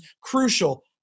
crucial